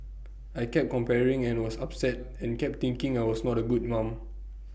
I kept comparing and was upset and kept thinking I was not A good mum